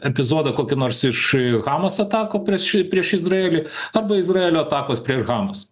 epizodą kokį nors iš hamas atakų prieš prieš izraelį arba izraelio atakos prieš hamas